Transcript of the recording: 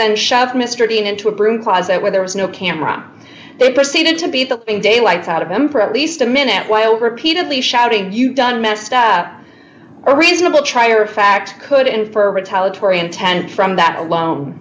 then shove mr dean into a broom closet where there was no camera they proceeded to be the daylights out of them for at least a minute while repeatedly shouting you done messed up a reasonable trier of fact could infer a retaliatory intent from that alone